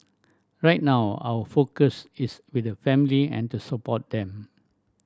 right now our focus is with the family and to support them